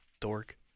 Dork